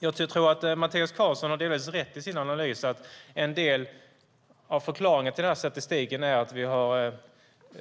Jag tror att Mattias Karlsson har delvis rätt i sin analys att en del av förklaringen till statistiken är att